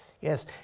yes